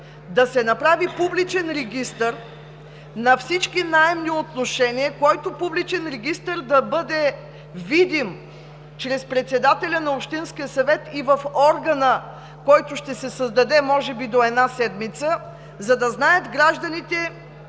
да се направи публичен регистър на всички наемни отношения, който публичен регистър да бъде видим чрез председателя на общинския съвет и в органа, който ще се създаде може би до една седмица, за да знаят гражданите